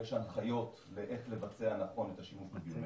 ויש הנחיות איך לבצע נכון את השימוש בביומטריה,